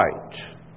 right